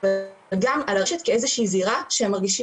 אבל גם על הרשת כאיזושהי זירה שהם מרגישים